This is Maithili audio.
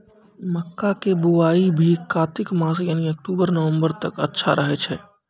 मक्का के बुआई भी कातिक मास यानी अक्टूबर नवंबर तक अच्छा रहय छै